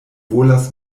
volas